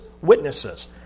Witnesses